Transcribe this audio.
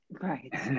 Right